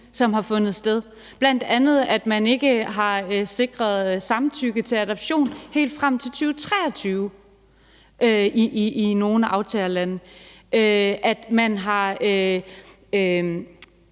som har fundet sted, bl.a. at man ikke har sikret samtykke til adoption helt frem til 2023 i nogle aftagerlande, og at man har